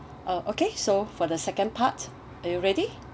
uh okay so for the second part are you ready